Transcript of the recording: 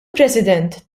president